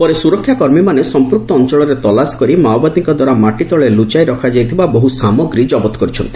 ପରେ ସୁରକ୍ଷାକର୍ମିମାନେ ସଂପୃକ୍ତ ଅଂଚଳରେ ତଲାସୀ କରି ମାଓବାଦୀଙ୍କ ଦ୍ୱାରା ମାଟି ତଳେ ଲୁଚାଇ ରଖାଯାଇଥିବା ବହୁ ସାମଗ୍ରୀ ଜବତ କରିଛନ୍ତି